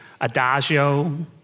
adagio